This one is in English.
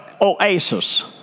oases